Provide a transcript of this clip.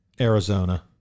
Arizona